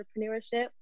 entrepreneurship